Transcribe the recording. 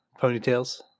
ponytails